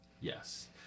yes